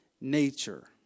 nature